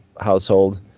household